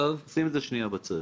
נשים את זה שנייה בצד.